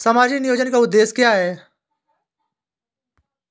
सामाजिक नियोजन का उद्देश्य क्या है?